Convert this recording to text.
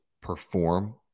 perform